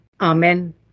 Amen